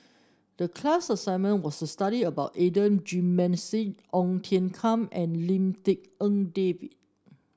the class assignment was to study about Adan Jimenez Ong Tiong Khiam and Lim Tik En David